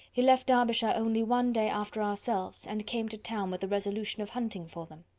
he left derbyshire only one day after ourselves, and came to town with the resolution of hunting for them.